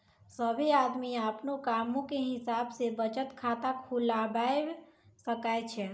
सभ्भे आदमी अपनो कामो के हिसाब से बचत खाता खुलबाबै सकै छै